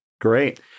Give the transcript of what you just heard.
Great